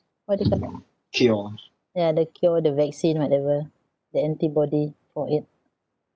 what do you call that ya the cure the vaccine whatever the antibody for it